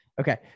okay